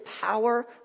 power